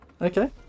Okay